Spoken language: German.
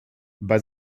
bei